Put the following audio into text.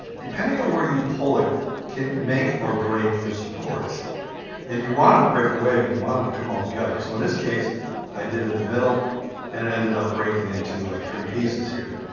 depending on where you pull it can make or break your supports and you want them to break away. but you want them to come all together so in this case i did at the middle and it ended up breaking into like three pieces here.